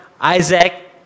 Isaac